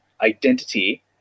identity